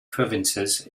provinces